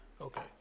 okay